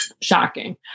shocking